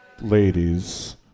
ladies